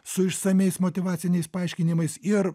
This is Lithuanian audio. su išsamiais motyvaciniais paaiškinimais ir